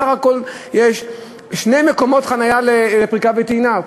בסך הכול יש שני מקומות חניה לפריקה וטעינה,